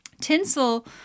Tinsel